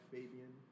Fabian